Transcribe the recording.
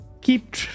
keep